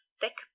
thick